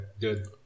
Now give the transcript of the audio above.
good